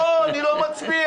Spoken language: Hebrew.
לא, אני לא מצביע.